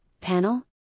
panel